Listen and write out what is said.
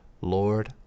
Lord